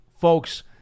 folks